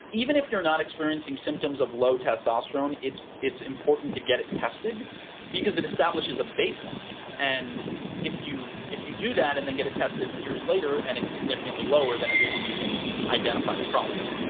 even if you are not experiencing symptoms of low testosterone it's it's important to get it tested because it establishes a baseline and if you if you do that and then get it tested years later and it's significantly lower then at least you can identify the problems